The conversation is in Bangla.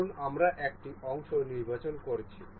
ধরুন আমরা একটি অংশ নির্বাচন করছি